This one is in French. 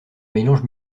mélange